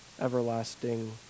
everlasting